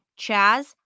Chaz